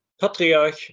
Patriarch